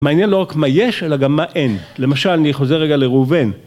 מעניין לא רק מה יש, אלא גם מה אין, למשל אני חוזר רגע לראובן.